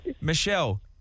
Michelle